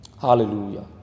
Hallelujah